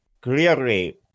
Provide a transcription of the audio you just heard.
clearly